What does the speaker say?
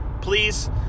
please